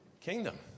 kingdom